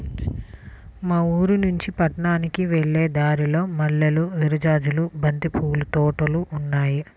మా ఊరినుంచి పట్నానికి వెళ్ళే దారిలో మల్లెలు, విరజాజులు, బంతి పూల తోటలు ఉన్నాయ్